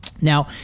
now